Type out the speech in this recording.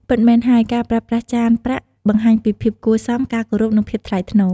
ពិតមែនហើយ ការប្រើប្រាស់ចានប្រាក់បង្ហាញពីភាពគួរសម ការគោរព និងភាពថ្លៃថ្នូរ។